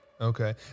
Okay